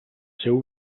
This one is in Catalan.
seu